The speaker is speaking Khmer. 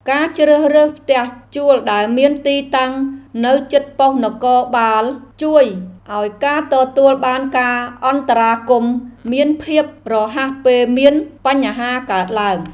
ការជ្រើសរើសផ្ទះជួលដែលមានទីតាំងនៅជិតប៉ុស្តិ៍នគរបាលរដ្ឋបាល ជួយឱ្យការទទួលបានការអន្តរាគមន៍មានភាពរហ័សពេលមានបញ្ហាកើតឡើង។